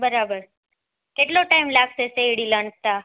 બરાબર કેટલો ટાઈમ લાગશે શેરડી લણતા